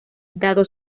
dado